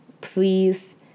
please